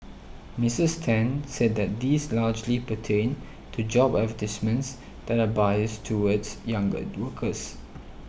Mrs Ten said that these largely pertained to job advertisements that are biased towards younger workers